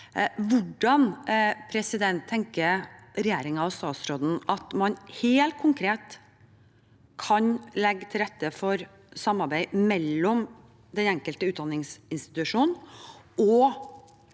Hvordan tenker regjeringen og statsråden at man helt konkret kan legge til rette for samarbeid mellom den enkelte utdanningsinstitusjon og